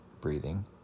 breathing